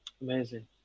Amazing